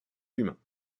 humains